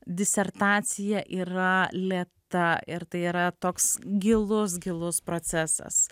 disertacija yra lėta ir tai yra toks gilus gilus procesas